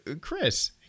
Chris